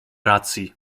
racji